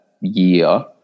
year